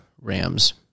Rams